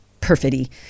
perfidy